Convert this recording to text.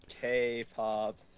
K-Pop